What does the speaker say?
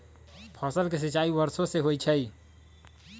फसल के सिंचाई वर्षो से होई छई